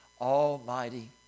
almighty